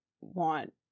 want